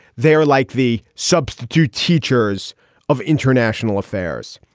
they're like the substitute teachers of international affairs.